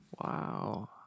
Wow